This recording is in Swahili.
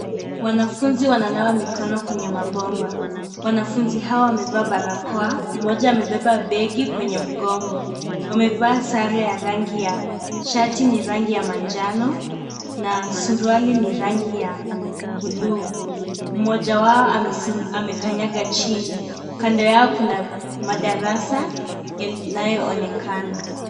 Wanafunzi wananawa mikono kwenye mabomba. Wanafunzi hao wamevaa barakoa. Mmoja amebeba begi kwenye mgongo. Wamevaa sare ya shati ni rangi ya manjano na suruali ni rangi ya buluu. Mmoja wao amekanyaga chini. Kando yao kuna madarasa yanayoonekana.